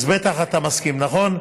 אז בטח אתה מסכים, נכון?